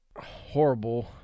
Horrible